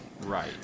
Right